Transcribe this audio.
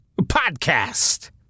podcast